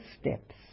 steps